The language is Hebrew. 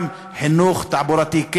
גם על חינוך תעבורתי.